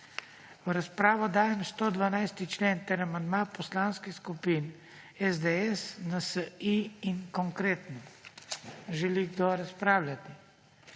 V razpravo dajem 126. člen ter amandma poslanskih skupin SDS, NSi in Konkretno. Želi kdo razpravljati?